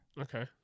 okay